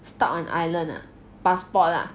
stuck on island ah passport lah